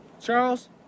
Charles